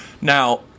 now